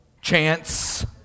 chance